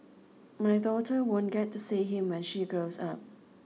my daughter won't get to see him when she grows up